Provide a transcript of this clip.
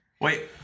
Wait